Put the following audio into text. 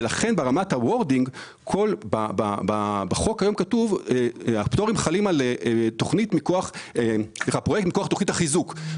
ברמת --- בחוק כיום כתוב שהפטורים חלים מכוח תוכנית החיזוק.